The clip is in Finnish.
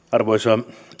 arvoisa